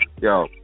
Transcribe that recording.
Yo